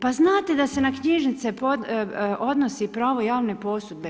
Pa znate da se na knjižnice odnosi pravo javne posudbe.